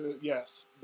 yes